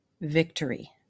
Victory